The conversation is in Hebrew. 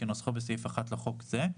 כנוסחו בסעיף 1 לחוק זה.